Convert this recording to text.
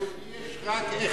אבל ליהודי יש רק,